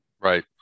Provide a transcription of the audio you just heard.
right